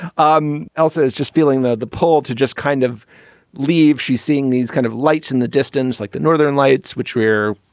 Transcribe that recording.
um elsa is just feeling the the pull to just kind of leave. she's seeing these kind of lights in the distance, like the northern lights, which we're,